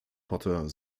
potter